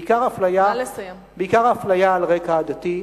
בעיקר אפליה על רקע עדתי.